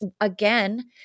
Again